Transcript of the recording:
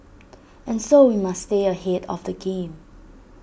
and so we must stay ahead of the game